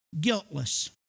guiltless